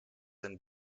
and